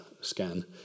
scan